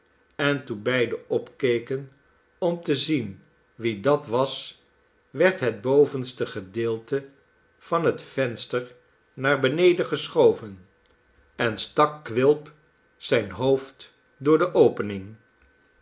en toen beide opkeken om te zien wie dat was werd hetbovenste gedeelte van het venster naar beneden geschoven en stak quilp zijn hoofd door de opening